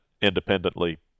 independently